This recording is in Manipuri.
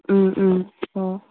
ꯎꯝ ꯎꯝ ꯑꯣ